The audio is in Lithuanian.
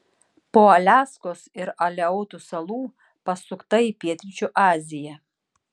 po aliaskos ir aleutų salų pasukta į pietryčių aziją